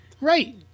Right